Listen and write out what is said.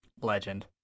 Legend